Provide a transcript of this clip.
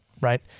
right